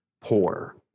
poor